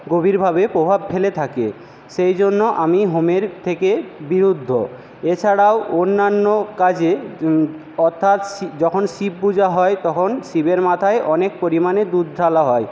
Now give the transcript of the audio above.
গভীরভাবে প্রভাব ফেলে থাকে সেই জন্য আমি হোমের থেকে বিরুদ্ধ এছাড়াও অন্যান্য কাজে অর্থাৎ শি যখন শিব পূজা হয় তখন শিবের মাথায় অনেক পরিমাণে দুধ ঢালা হয়